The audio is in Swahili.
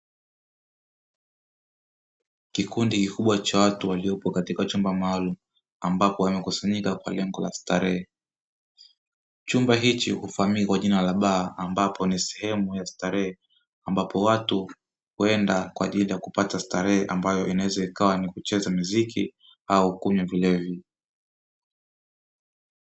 Kikundi kikubwa cha watu waliopo katika chumba maalum, ambapo wamekusanyika kwa lengo la starehe. Chumba hichi hufahamika kwa jina la baa, ambapo ni sehemu ya starehe, ambapo watu huenda kwa ajili ya kupata starehe, ambayo inaweza ikawa ni kucheza miziki, au kunywa vilevi.